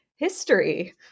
history